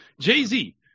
Jay-Z